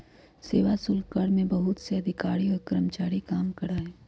सेवा शुल्क कर में बहुत से अधिकारी और कर्मचारी काम करा हई